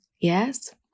Yes